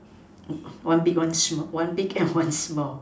one big one small one big and one small